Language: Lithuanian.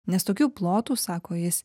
nes tokių plotų sako jis